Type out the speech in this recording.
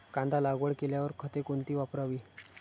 कांदा लागवड केल्यावर खते कोणती वापरावी?